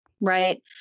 Right